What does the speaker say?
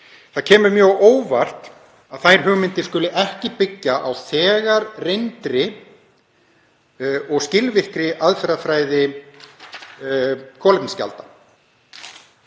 Það kemur mjög á óvart að þær hugmyndir skuli ekki byggja á þegar reyndri og skilvirkri aðferðafræði kolefnisgjalda.